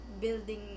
building